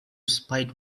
spite